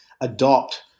adopt